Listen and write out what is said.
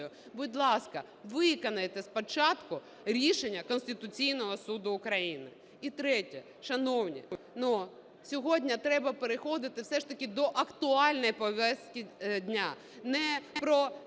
будь ласка, виконайте спочатку рішення Конституційного Суду України. І третє. Шановні, сьогодні треба переходити все ж таки актуальної повістки дня.